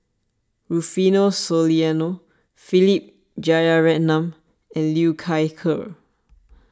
Rufino Soliano Philip Jeyaretnam and Liu Thai Ker